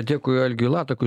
dėkui algiui latakui